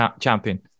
champion